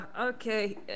Okay